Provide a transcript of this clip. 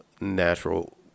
natural